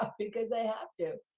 ah because they had to.